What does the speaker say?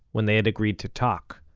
when they had agreed to talk.